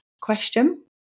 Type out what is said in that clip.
question